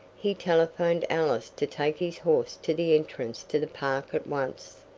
he telephoned ellis to take his horse to the entrance to the park at once.